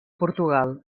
portugal